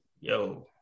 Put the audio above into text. yo